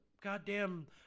goddamn